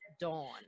dawn